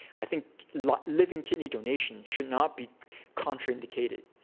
i think like living kidney donation should not be contraindicated.